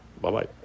Bye-bye